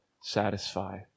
satisfy